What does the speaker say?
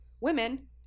Women